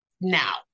now